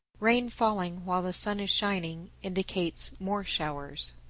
rain falling while the sun is shining indicates more showers.